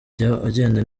agenda